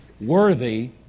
worthy